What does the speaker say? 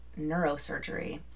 neurosurgery